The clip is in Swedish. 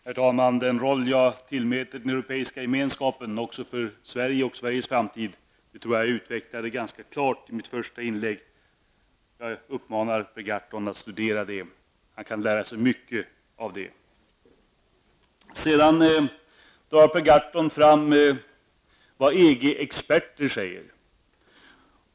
Herr talman! Den roll som jag tillmäter den europeiska gemenskapen också för Sverige och Sveriges framtid tror jag att jag utvecklade ganska klart i mitt första inlägg. Jag uppmanar Per Gahrton att studera detta. Han kan lära sig mycket av det. Per Gahrton tog upp vad EG-experter säger.